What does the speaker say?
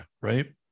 right